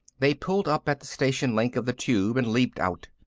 they pulled up at the station link of the tube and leaped out.